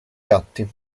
gatti